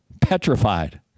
petrified